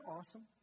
awesome